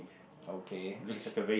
okay is